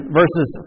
verses